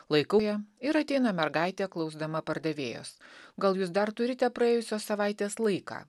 laikau ją ir ateina mergaitė klausdama pardavėjos gal jūs dar turite praėjusios savaitės laiką